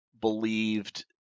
believed